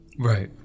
Right